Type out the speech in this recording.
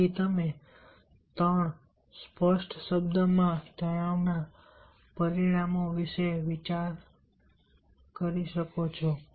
તેથી તમે ત્રણ સ્પષ્ટ શબ્દોમાં તણાવના પરિણામો વિશે વિચારી શકો છો